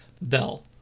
Bell